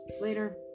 Later